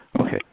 Okay